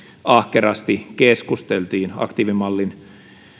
ahkerasti keskusteltiin aktiivimallin